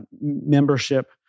membership